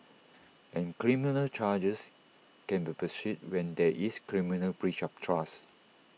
and criminal charges can be pursued when there is criminal breach of trust